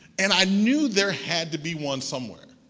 and i knew there had to be one somewhere.